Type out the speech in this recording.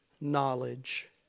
knowledge